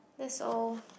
that's all